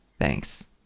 Thanks